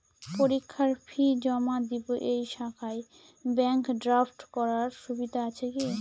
পরীক্ষার ফি জমা দিব এই শাখায় ব্যাংক ড্রাফট করার সুবিধা আছে কি?